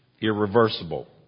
irreversible